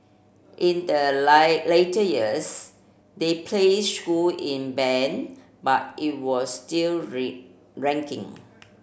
in the later years they placed school in band but it was still ranking